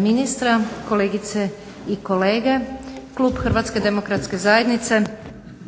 ministra, kolegice i kolege. Klub HDZ-a podržat će prijedlog